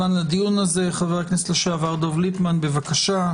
חבר הכנסת לשעבר דב ליפמן, בבקשה.